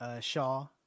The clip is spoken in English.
Shaw